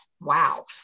wow